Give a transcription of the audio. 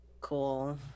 Cool